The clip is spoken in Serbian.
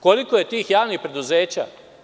Koliko je tih javnih preduzeća?